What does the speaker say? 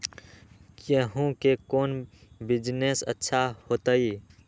गेंहू के कौन बिजनेस अच्छा होतई?